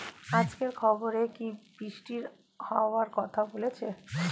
আজকের খবরে কি বৃষ্টি হওয়ায় কথা বলেছে?